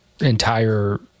entire